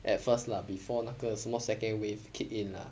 at first lah before 那个什么 second wave kick in lah